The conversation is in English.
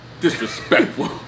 Disrespectful